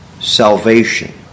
salvation